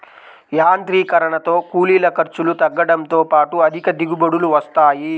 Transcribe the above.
యాంత్రీకరణతో కూలీల ఖర్చులు తగ్గడంతో పాటు అధిక దిగుబడులు వస్తాయి